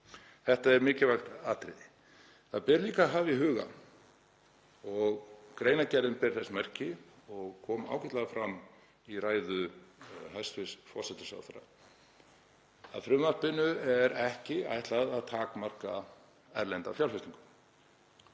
Þetta er mikilvægt atriði. Það ber líka að hafa í huga, og greinargerðin ber þess merki og kom ágætlega fram í ræðu hæstv. forsætisráðherra, að frumvarpinu er ekki ætlað að takmarka erlenda fjárfestingu